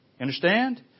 Understand